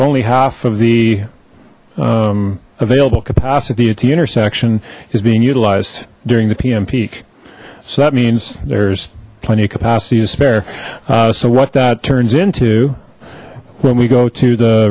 only half of the available capacity at the intersection is being utilized during the p m peak so that means there's plenty of capacity is fair so what that turns into when we go to the